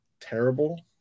terrible